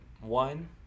One